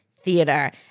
theater